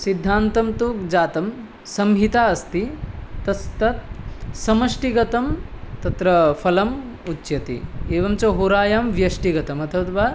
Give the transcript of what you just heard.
सिद्धान्तं तु जातं संहिता अस्ति तस् त समष्टिगतं तत्र फलम् उच्यते एवं च होरायां व्यष्टिगतम् अथद्वा